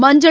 மஞ்சள்